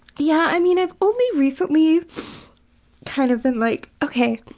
yeah i mean i've only recently kind of been like okay